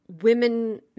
women